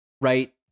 right